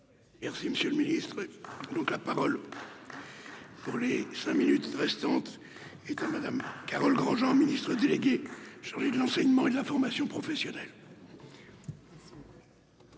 Merci monsieur le ministre, donc la parole pour les cinq minutes restantes et que Madame Carole Granjean, ministre déléguée chargée de l'enseignement et la formation professionnelle.